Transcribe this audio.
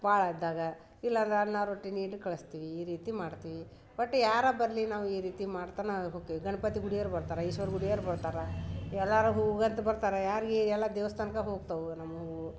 ಭಾಳ ಇದ್ದಾಗ ಇಲ್ಲ ಅಂದ್ರೆ ಅನ್ನ ರೊಟ್ಟಿ ನೀಡಿ ಕಳಿಸ್ತೀವಿ ಈ ರೀತಿ ಮಾಡ್ತೀವಿ ಬಟ್ ಯಾರೇ ಬರಲಿ ನಾವು ಈ ರೀತಿ ಮಾಡ್ತನೇ ಹೋಕೀವಿ ಗಣಪತಿ ಗುಡಿಯವ್ರು ಬರ್ತಾರೆ ಈಶ್ವರ ಗುಡಿಯರು ಬರ್ತಾರೆ ಎಲ್ಲರೂ ಹೂಗಂತ ಬರ್ತಾರೆ ಯಾರ್ಗೂ ಎಲ್ಲ ದೇವ್ಸ್ಥಾನಕ್ಕೆ ಹೋಗ್ತವೆ ನಮ್ಮ ಹೂವು